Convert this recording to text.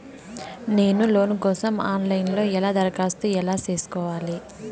నేను లోను కోసం online లో ఎలా దరఖాస్తు ఎలా సేసుకోవాలి?